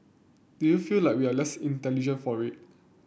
do you feel like we are less intelligent for it